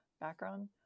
background